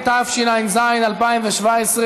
אנחנו עוברים